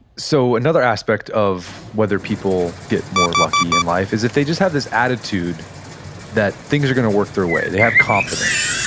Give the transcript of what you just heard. so another aspect of whether people get more lucky in life is if they just have this attitude that things are going to work their way. they have confidence.